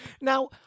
Now